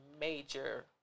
major